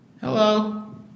Hello